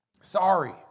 sorry